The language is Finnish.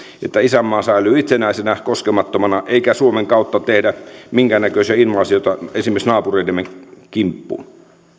että isänmaa säilyy itsenäisenä koskemattomana eikä suomen kautta tehdä minkäännäköisiä invaasioita esimerkiksi naapureidemme kimppuun